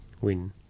win